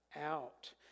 out